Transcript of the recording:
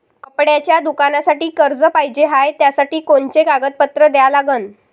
कपड्याच्या दुकानासाठी कर्ज पाहिजे हाय, त्यासाठी कोनचे कागदपत्र द्या लागन?